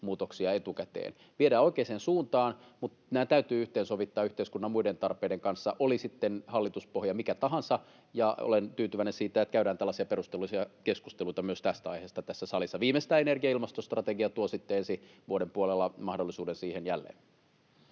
muutoksia. Viedään oikeaan suuntaan, mutta nämä täytyy yhteensovittaa yhteiskunnan muiden tarpeiden kanssa, oli hallituspohja sitten mikä tahansa. Olen tyytyväinen siitä, että käydään tällaisia perusteellisia keskusteluita myös tästä aiheesta tässä salissa. Viimeistään energia- ja ilmastostrategia tuo sitten ensi vuoden puolella mahdollisuuden siihen jälleen.